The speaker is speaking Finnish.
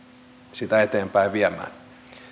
sitä eteenpäin viemään